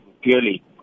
purely